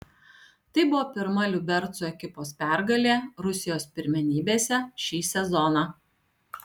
tai buvo pirma liubercų ekipos pergalė rusijos pirmenybėse šį sezoną